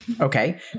Okay